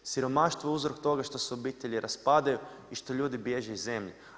Siromaštvo je uzrok toga što se obitelji raspadaju i što ljudi bježe iz zemlje.